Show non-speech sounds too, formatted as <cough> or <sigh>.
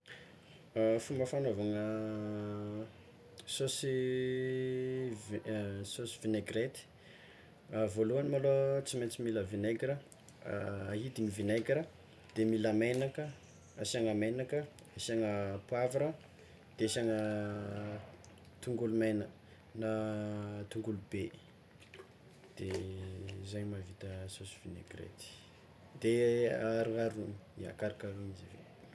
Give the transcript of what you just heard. <hesitation> Fomba fagnaovagna saosy vi- saosy vinegrety, voalohany malôha tsy maintsy mila vinegra, ahidigny vinegra de mila megnaka asiàgna megnaka asiàgna poavra, de asiàgna tongolo mena na tongolo be de zay mahavita saosy vinegrety de aroharona, ia karokarohana izy aveo.